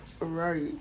Right